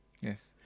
Yes